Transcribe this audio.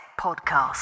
Podcast